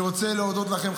אני רוצה להודות לכם,